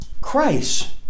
Christ